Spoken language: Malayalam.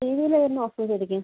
ടി വിയിൽ വരുന്ന ഓഫേർസ് ഏതൊക്കെയാണ്